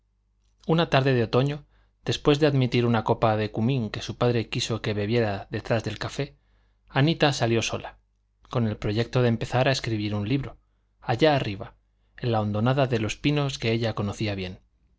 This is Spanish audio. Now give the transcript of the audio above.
una tarde de otoño después de admitir una copa de cumín que su padre quiso que bebiera detrás del café anita salió sola con el proyecto de empezar a escribir un libro allá arriba en la hondonada de los pinos que ella conocía bien